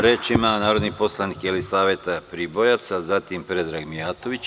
Reč ima narodni poslanik Jelisaveta Pribojac, zatim Predrag Mijatović.